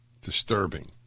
disturbing